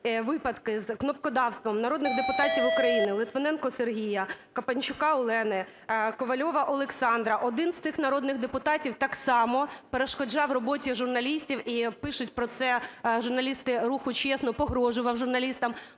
випадки з кнопкодавством народних депутатів України: Литвиненка Сергія, Копанчук Олени, Ковальова Олександра. Один з цих народних депутатів так само перешкоджав роботі журналістів, і пишуть про це журналісти руху "Чесно", погрожував журналістам.